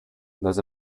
there’s